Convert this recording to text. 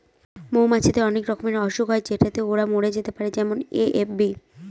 মৌমাছিদের অনেক রকমের অসুখ হয় যেটাতে ওরা মরে যেতে পারে যেমন এ.এফ.বি